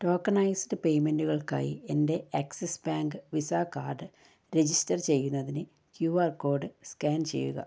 tokenised പേയ്മെന്റുകൾക്കായി എൻ്റെ Axis bank Visa card register ചെയ്യുന്നതിന് ക്യു ആർ കോഡ് സ്കാൻ ചെയ്യുക